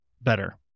better